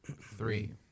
Three